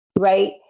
Right